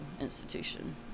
institution